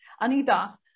Anita